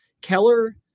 Keller